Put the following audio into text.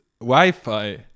wi-fi